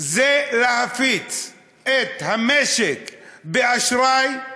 להציף את המשק באשראי,